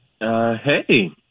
Hey